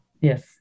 Yes